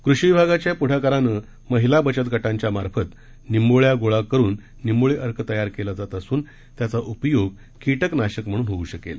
कृषी विभागाच्या पुढाकारानं महिला बचत गटांच्या मार्फत निबोळ्या गोळा करून निंबोळी अर्क तयार केला जात असून त्याचा उपयोग कीटकनाशक म्हणून होऊ शकेल